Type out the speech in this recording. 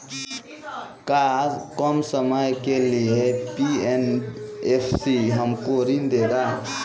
का कम समय के लिए एन.बी.एफ.सी हमको ऋण देगा?